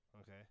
Okay